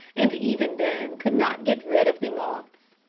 and even then could not get rid of the moths.